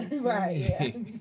Right